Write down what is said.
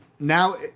Now